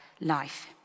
life